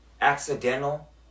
accidental